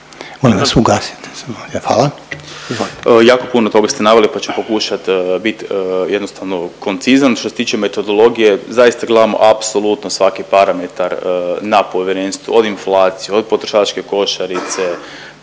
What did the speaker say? Izvolite. **Vidiš, Ivan** Jako puno toga ste naveli, pa ću pokušati bit jednostavno koncizan. Što se tiče metodologije, zaista gledamo apsolutno svaki parametar na povjerenstvo, od inflacije, od potrošačke košarice,